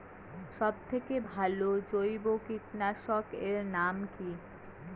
সব থেকে ভালো জৈব কীটনাশক এর নাম কি?